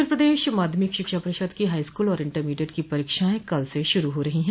उत्तर प्रदेश माध्यमिक शिक्षा परिषद की हाईस्कूल और इंटरमीडिएट की परीक्षाएं कल से शुरू हो रही है